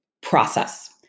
process